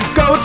go